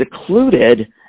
secluded